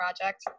project